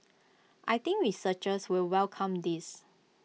I think researchers will welcome this